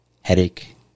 headache